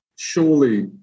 Surely